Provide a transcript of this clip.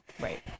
right